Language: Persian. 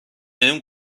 بهم